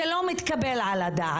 זה לא מתקבל על הדעת.